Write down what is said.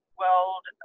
world